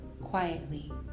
quietly